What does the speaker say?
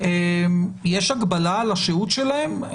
יש הגבלה על השהות שלהם?